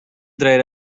traer